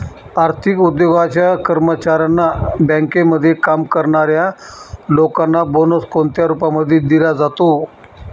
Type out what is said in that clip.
आर्थिक उद्योगाच्या कर्मचाऱ्यांना, बँकेमध्ये काम करणाऱ्या लोकांना बोनस कोणत्या रूपामध्ये दिला जातो?